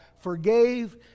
forgave